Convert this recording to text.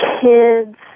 kids